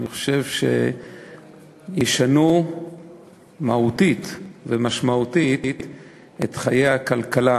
שאני חושב שישנו מהותית ומשמעותית את חיי הכלכלה